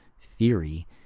theory